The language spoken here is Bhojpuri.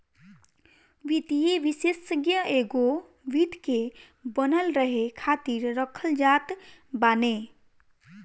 वित्तीय विषेशज्ञ एगो वित्त के बनल रहे खातिर रखल जात बाने